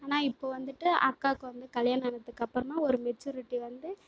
ஆனால் இப்போ வந்துட்டு அக்காவுக்கு வந்து கல்யாணம் ஆனதுக்கப்புறந்தான் ஒரு மெச்சூரிட்டி வந்து